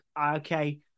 okay